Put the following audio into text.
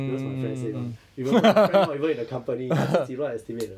because my friend say [one] even though my friend not even in the company 他自己乱 estimate 的